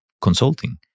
consulting